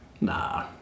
Nah